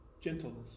Gentleness